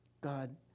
God